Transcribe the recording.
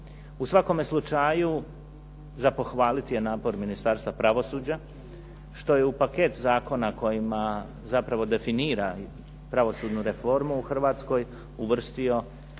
U svakom slučaju za pohvaliti je napore Ministarstva pravosuđa što je u paket zakona kojima zapravo definira pravosudnu reformu u Hrvatskoj uvrstio